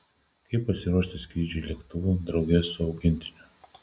kaip pasiruošti skrydžiui lėktuvu drauge su augintiniu